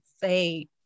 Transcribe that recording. say